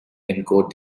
encode